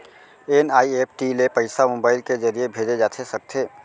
NEFT ले पइसा mobile के ज़रिए भेजे जाथे सकथे?